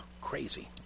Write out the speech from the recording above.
Crazy